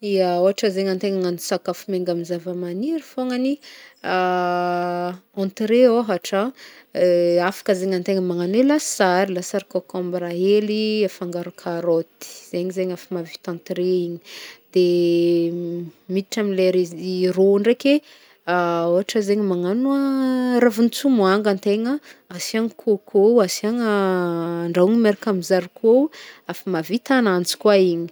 Ya, ôhatra zegny antegna hagnagno sakafo miainga amy zava-maniry fôgnany, entrée ôhatra, afaka zegny antegna magnano lasary, lasary co, combre hely afangaro caroty, zegny zegny efa mavita entrée igny, de miditra amle re- rô ndraiky ôhatra zegny magnagno ravin-tsomanga antegna asiagny côcô, asiagna, andrahoigny miaraka amy zarikô efa mahavita agnanjy koa igny